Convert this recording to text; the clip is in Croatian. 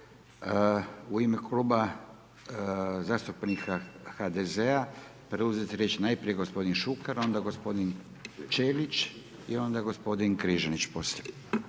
u ime Kluba zastupnika HDZ-a preuzeti riječ najprije g. Šuker, onda g. Čelić i onda g. Križanić poslije.